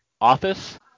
office